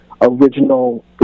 original